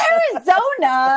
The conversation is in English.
Arizona